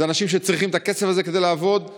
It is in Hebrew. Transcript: אלה אנשים שצריכים את הכסף הזה כדי להתפרנס.